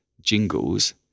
jingles